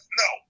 no